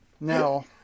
No